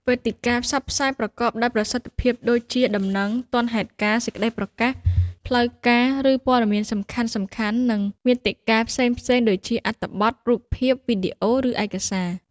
វេទិកាផ្សព្វផ្សាយប្រកបដោយប្រសិទ្ធភាពដូចជា ដំណឹង ទាន់ហេតុការណ៍ សេចក្តីប្រកាស ផ្លូវការ ឬព័ត៌មានសំខាន់ៗ និងមាតិកា ផ្សេងៗដូចជា អត្ថបទ រូបភាព វីដេអូ ឬឯកសារ។